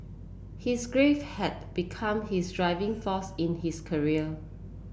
his grief had become his driving force in his career